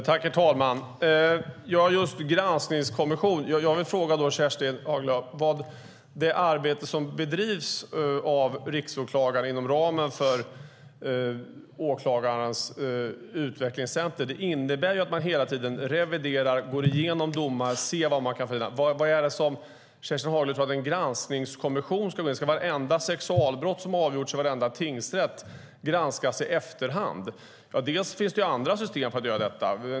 Herr talman! Jag vill fråga Kerstin Haglö om det arbete som bedrivs av Riksåklagaren inom ramen för åklagarens utvecklingscenter. Det arbetet innebär att man hela tiden reviderar och går igenom domar. Vad är det som Kerstin Haglö tror att en granskningskommission ska göra? Ska vartenda sexualbrott som avgjorts i varenda tingsrätt granskas i efterhand? Det finns andra system för att göra detta.